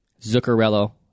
Zuccarello